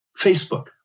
Facebook